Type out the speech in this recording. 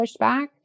pushback